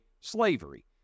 slavery